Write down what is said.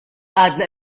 għadna